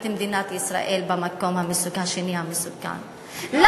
ישראל נמצאת במקום השני של המדינות המסוכנות בעולם,